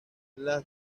las